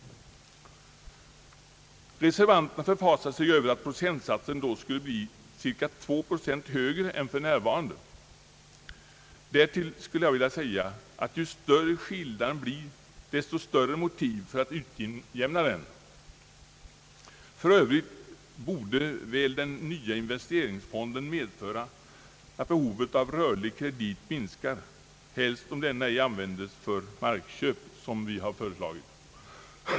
Reservanterna <förfasar sig över att procentsatsen då skulle bli cirka 2 procent högre än för närvarande. Därtill skulle jag vilja säga, att ju större skillnaden blir, desto större motiv för att utjämna den. För övrigt borde väl den nya investeringsfonden medföra att behovet av rörlig kredit minskar, helst om denna ej används för markköp som vi har föreslagit.